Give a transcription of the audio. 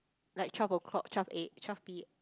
like twelve o-clock twelve A twelve P